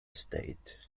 state